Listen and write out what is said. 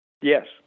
Yes